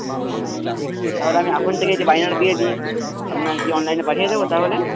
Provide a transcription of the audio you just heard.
হুম হুম তাহলে আমি এখন থেকেই যে বায়নাটা দিয়ে দিই আপনাকে কি অনলাইনে পাঠিয়ে দেবো তাহলে